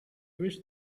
wish